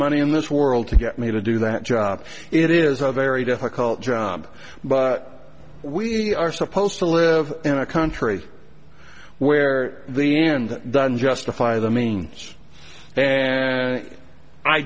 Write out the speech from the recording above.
money in this world to get me to do that job it is a very difficult job but we are supposed to live in a country where the end justify the means and i